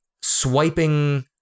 swiping